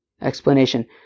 explanation